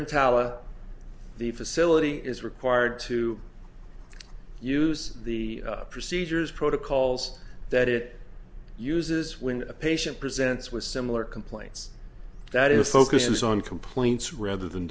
talent the facility is required to use the procedures protocols that it uses when a patient presents with similar complaints that is focuses on complaints rather than